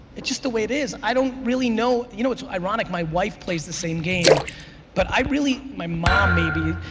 it's just the way it is. i don't really know, you know it's ironic my wife plays the same game but i really, my mom maybe,